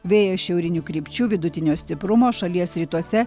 vėjas šiaurinių krypčių vidutinio stiprumo šalies rytuose